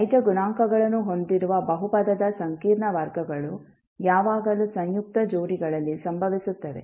ನೈಜ ಗುಣಾಂಕಗಳನ್ನು ಹೊಂದಿರುವ ಬಹುಪದದ ಸಂಕೀರ್ಣ ವರ್ಗಗಳು ಯಾವಾಗಲೂ ಸಂಯುಕ್ತ ಜೋಡಿಗಳಲ್ಲಿ ಸಂಭವಿಸುತ್ತವೆ